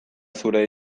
zure